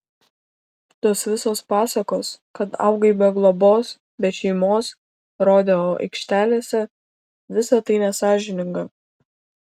tos visos pasakos kad augai be globos be šeimos rodeo aikštelėse visa tai nesąžininga